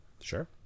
Sure